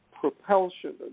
propulsion